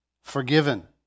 forgiven